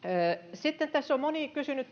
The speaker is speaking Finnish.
sitten tässä on moni kysynyt